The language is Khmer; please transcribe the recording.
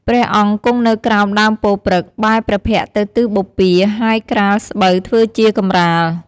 ព្រះអង្គគង់នៅក្រោមដើមពោធិព្រឹក្ស បែរព្រះភក្ត្រទៅទិសបូព៌ា ហើយក្រាលស្បូវធ្វើជាកម្រាល។